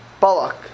Balak